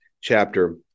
chapter